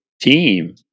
team